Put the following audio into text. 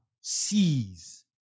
sees